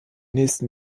nächsten